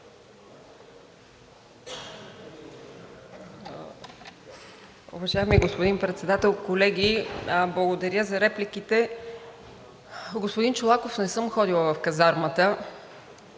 Уважаеми господин Председател, колеги, благодаря за репликите. Господин Чолаков, не съм ходила в казармата